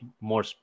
more